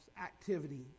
activity